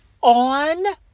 on